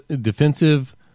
defensive